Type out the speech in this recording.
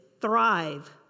thrive